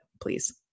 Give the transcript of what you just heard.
please